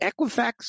Equifax